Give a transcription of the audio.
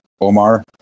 Omar